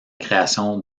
création